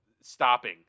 stopping